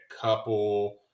couple